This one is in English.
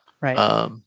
Right